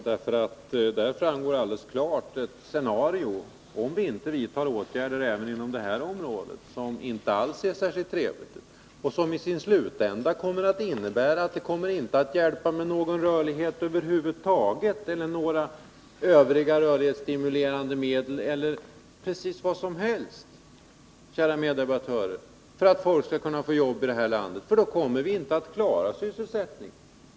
Där visas nämligen alldeles klart en utveckling som inte blir särskilt trevlig, om vi inte vidtar åtgärder inom det här området, och i sin slutända kommer det att innebära att det inte hjälper med någon rörlighet över huvud taget, eller med några rörlighetsstimulanser eller med vilka åtgärder som helst för att ge folk i det här landet jobb. Då, kära meddebattörer, kommer vi inte att klara sysselsättningen.